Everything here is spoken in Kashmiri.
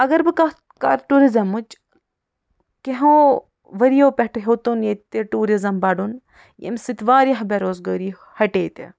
اگر بہٕ کتھ کر ٹوٗرِزمٕچ کینٛہو ؤریو پٮ۪ٹھٕ تہِ ہیوٚتُن ییٚتہِ تہِ ٹوٗرِزم بڑُن ییٚمہِ سۭتۍ واریاہ بے روزگٲری ہٹے تہِ